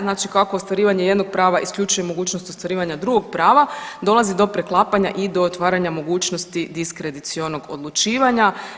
Znači kako ostvarivanje jednog prava isključuje mogućnost ostvarivanja drugog prava, dolazi do preklapanja i do otvaranja mogućnost diskredicionog odlučivanja.